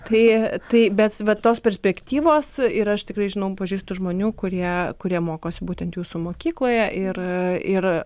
tai tai bet va tos perspektyvos ir aš tikrai žinau pažįstu žmonių kurie kurie mokosi būtent jūsų mokykloje ir ir